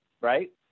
right